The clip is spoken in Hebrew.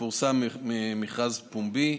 מתפרסם מכרז פומבי,